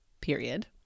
period